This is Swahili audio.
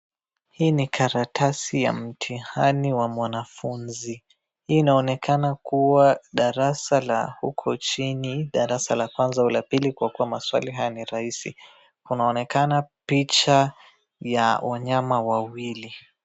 Hii ni karatasi ya mtihani wa mwanafunzi. Inaonekana kuwa darasa la uko chini, darasa la kwanza au la pili kwa kuwa maswali ni rahisi. kunaonekana picha ya wanyama wawili.